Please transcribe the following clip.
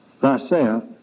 thyself